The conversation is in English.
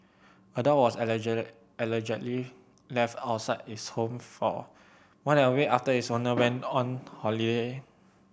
a dog was allegedly left outside its home for more than a week after its owner went on holiday